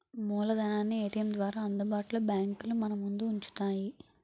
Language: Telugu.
మూలధనాన్ని ఏటీఎం ద్వారా అందుబాటులో బ్యాంకులు మనముందు ఉంచుతాయి